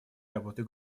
работы